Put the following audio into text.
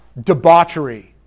debauchery